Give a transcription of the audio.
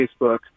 Facebook